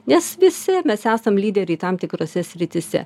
nes visi mes esam lyderiai tam tikrose srityse